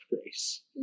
grace